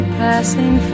passing